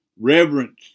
reverence